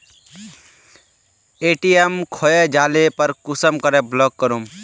ATM खोये जाले पर कुंसम करे ब्लॉक करूम?